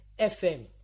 FM